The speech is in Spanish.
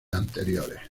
anteriores